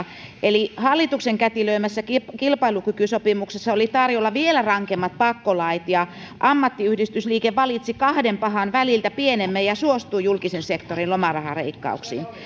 eli hallituksen kätilöimässä kilpailukykysopimuksessa oli tarjolla vielä rankemmat pakkolait ja ammattiyhdistysliike valitsi kahden pahan väliltä pienemmän ja suostui julkisen sektorin lomarahaleikkauksiin